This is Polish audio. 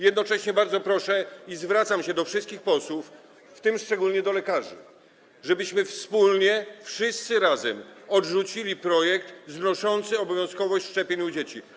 Jednocześnie bardzo proszę - zwracam się do wszystkich posłów, szczególnie do lekarzy - żebyśmy wspólnie, wszyscy razem, odrzucili projekt znoszący obowiązkowość szczepień u dzieci.